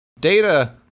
data